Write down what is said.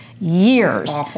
years